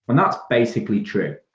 and that's basically true.